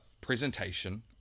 presentation